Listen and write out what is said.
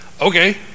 okay